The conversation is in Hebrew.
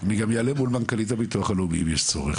אני גם אעלה מול מנכ"לית הביטוח הלאומי אם יש צורך,